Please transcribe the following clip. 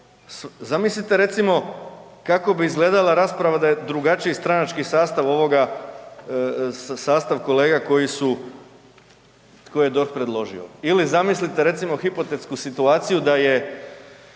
zamislite recimo kako bi izgledala rasprava da je drugačiji stranački sastav ovoga sastav kolega koji su, koje je DORH predložio ili zamislite recimo hipotetsku situaciju da je